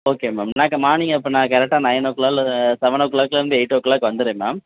okay ma'am நான் morning அப்போ நான் கரெக்டாக நைன் ஓ க்ளாக் செவென் ஓ க்ளாக்லேருந்து எய்ட் ஓ க்ளாக் வந்துர்றேன் மேம்